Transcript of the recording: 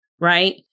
Right